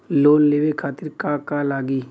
Loan लेवे खातीर का का लगी?